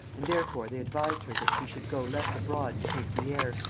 and therefore they advised her that she should go less abroad to take the air,